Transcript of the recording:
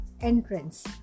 entrance